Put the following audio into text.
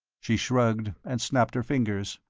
she shrugged and snapped her fingers.